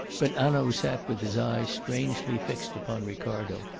but hanaud sat with his eyes strangely fixed upon ricardo,